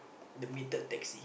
the metered taxi